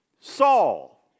Saul